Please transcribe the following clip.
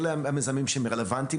אלה המזהמים הרלוונטיים,